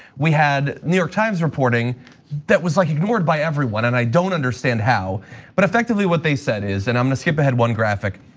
we had new york times reporting that was like ignored by everyone and i don't understand how but effectively what they said is and i'm gonna skip ahead one graphic.